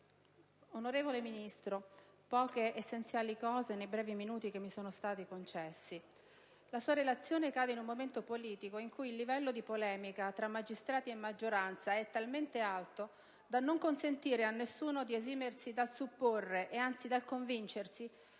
onorevole Ministro, esprimerò poche essenziali considerazioni, nei brevi minuti che mi sono stati concessi. La sua relazione cade in un momento politico in cui il livello di polemica tra magistrati e maggioranza è talmente alto da non consentire a nessuno di esimersi dal supporre e anzi dal convincersi